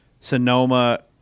Sonoma